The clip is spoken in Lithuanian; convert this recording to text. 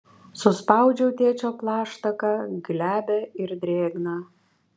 suspaudžiau tėčio plaštaką glebią ir drėgną